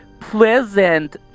pleasant